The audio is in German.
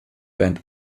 band